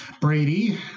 Brady